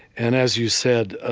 and as you said, ah